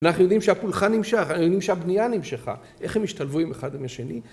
אנחנו יודעים שהפולחן נמשך, אנחנו יודעים שהבנייה נמשכה, איך הם השתלבו אחד עם השני